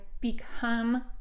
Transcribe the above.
become